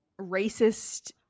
racist